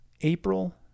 April